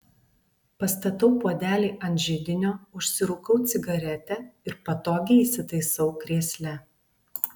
pastatau puodelį ant židinio užsirūkau cigaretę ir patogiai įsitaisau krėsle